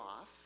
off